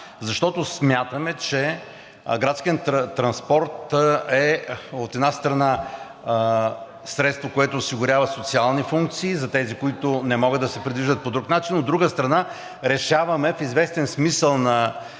защото смятаме, че градският транспорт, от една страна, е средство, което осигурява социални функции за тези, които не могат да се придвижат по друг начин, от друга страна, решаваме в известен смисъл на